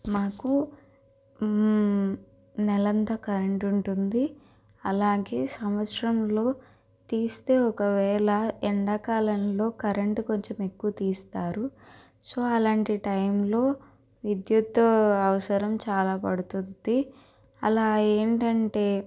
మాకు నెలంతా కరెంటు ఉంటుంది అలాగే సంవత్సరంలో తీస్తే ఒకవేళ ఎండాకాలంలో కరెంటు కొంచెం ఎక్కువ తీస్తారు సో అలాంటి టైంలో విద్యుత్తు అవసరం చాలా పడుతుంది అలా ఏంటంటే